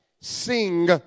Sing